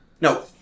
No